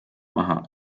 maha